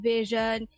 Vision